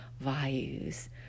values